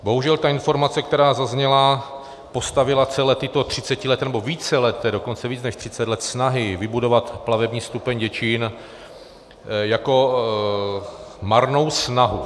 Bohužel ta informace, která zazněla, postavila celé tyto třicetileté nebo víceleté, dokonce víc než třicet let, snahy vybudovat plavební stupeň Děčín jako marnou snahu.